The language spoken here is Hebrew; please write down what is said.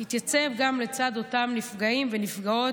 תתייצב גם לצד אותם נפגעים ונפגעות,